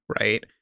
right